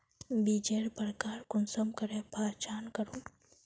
बीजेर प्रकार कुंसम करे पहचान करूम?